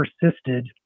persisted